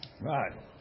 Right